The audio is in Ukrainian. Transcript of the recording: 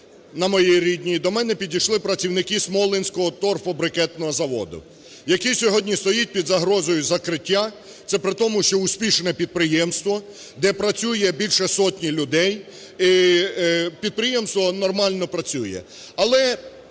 на моїй рідній, до мене підійшли працівники Смолинського торфобрикетного заводу, який сьогодні стоїть під загрозою закриття. Це при тому, що успішне підприємство, де працює більше сотні людей, підприємство нормально працює.